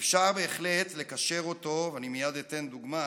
אפשר בהחלט לקשר אותו, אני מייד אתן דוגמה,